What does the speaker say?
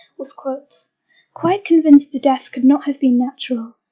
was quite quite convinced the death could not have been natural.